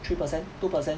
three percent two percent